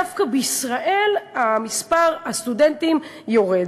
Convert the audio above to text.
ודווקא בישראל מספר הסטודנטים יורד.